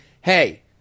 Hey